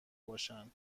باشن